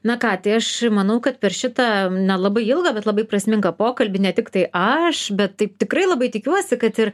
na ką tai aš manau kad per šitą nelabai ilgą bet labai prasmingą pokalbį ne tiktai aš bet taip tikrai labai tikiuosi kad ir